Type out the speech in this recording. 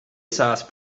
sauce